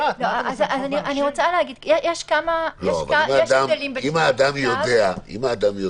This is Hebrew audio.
אני רוצה להשיב: יש הבדלים --- אם אדם יודע שבדברים,